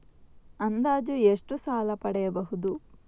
ಅಂದಾಜು ಎಷ್ಟು ಸಾಲ ಪಡೆಯಬಹುದು?